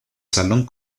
salón